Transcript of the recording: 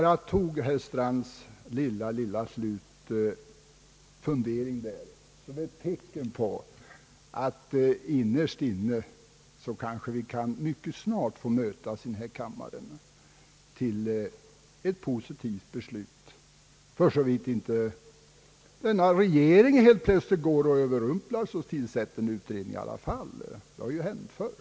Jag tog bara herr Strands lilla fundering som ett tecken på att vi i själva verket kanske mycket snart kan få mötas i denna kammare och fatta ett positivt beslut i denna fråga, för så vitt inte regeringen helt enkelt överrumplar oss och tillsätter en utredning. Det har ju hänt förr.